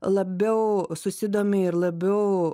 labiau susidomi ir labiau